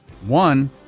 One